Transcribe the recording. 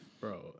bro